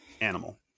animal